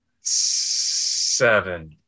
Seven